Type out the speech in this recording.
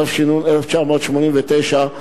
התש"ן 1989,